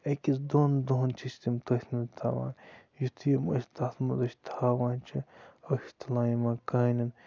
أکِس دۄن دۄہَن چھِ أسۍ تِم تٔتھۍ منٛز تھاوان یُتھُے یِم أسۍ تَتھ منٛز أسۍ تھاوان چھِ أسۍ چھِ تُلان یِمَن کانٮ۪ن